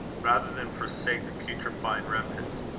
rather than forsake the putrifying remnants.